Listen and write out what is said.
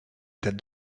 that